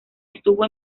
estuvo